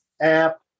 app